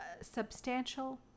substantial